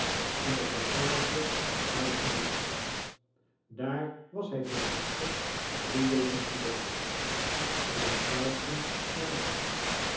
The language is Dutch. in de passage d'austerlitz daar was hij tenminste drie weken geleden ik betuigde mijn dank